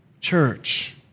Church